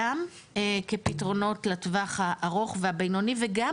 גם כפתרונות לטווח הארוך והבינוני וגם